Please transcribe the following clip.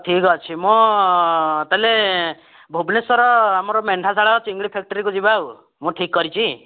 ଠିକ୍ ଅଛି ମୁଁ ତାଲେ ଭୁବନେଶ୍ୱର ଆମର ମେଣ୍ଡାଶାଳ ଚିଙ୍ଗୁଡ଼ି ଫ୍ୟାକ୍ଟ୍ରିକୁ ଯିବା ଆଉ ମୁଁ ଠିକ୍ କରିଛି